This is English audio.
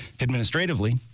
administratively